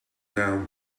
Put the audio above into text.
down